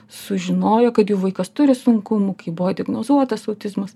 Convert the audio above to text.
sužinojo kad jų vaikas turi sunkumų kai buvo diagnozuotas autizmas